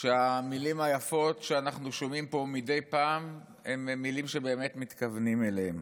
שהמילים היפות שאנחנו שומעים פה מדי פעם הן מילים שבאמת מתכוונים אליהן.